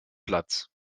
platz